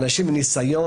אנשים עם ניסיון,